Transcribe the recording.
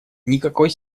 никакой